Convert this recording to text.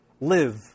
live